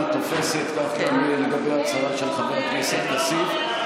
תיאבק נגד תומכי טרור.